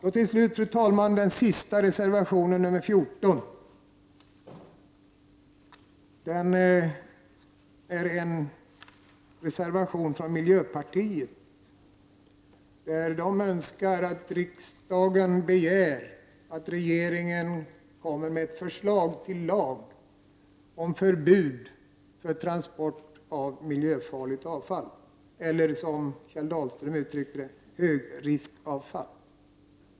Slutligen skall jag kommentera reservation 14 från miljöpartiet. Miljöpartiet önskar att riksdagen begär att regeringen kommer med förslag till lag om förbud för transport av miljöfarligt avfall, eller som Kjell Dahlström uttryckte det, högriskavfall.